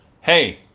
Hey